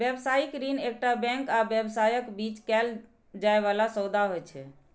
व्यावसायिक ऋण एकटा बैंक आ व्यवसायक बीच कैल जाइ बला सौदा होइ छै